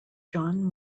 john